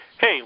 Hey